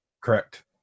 Correct